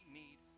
need